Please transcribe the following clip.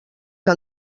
que